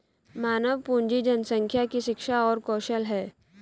मानव पूंजी जनसंख्या की शिक्षा और कौशल है